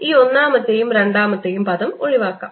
ഈ ഒന്നാമത്തെയും രണ്ടാമത്തെയും പദം ഒഴിവാക്കാം